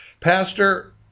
Pastor